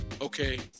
okay